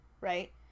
right